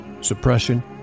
suppression